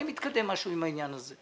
האם התקדם משהו עם העניין הזה.